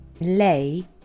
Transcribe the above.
lei